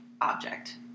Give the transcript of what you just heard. object